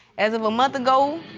as of a month ago.